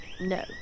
No